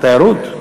תיירות?